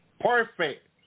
Perfect